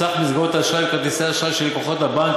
סך מסגרות האשראי בכרטיסי אשראי של לקוחות הבנק